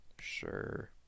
Sure